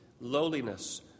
lowliness